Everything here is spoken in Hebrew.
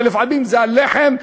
לפעמים זה הלחם,